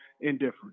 indifferent